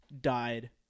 died